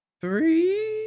three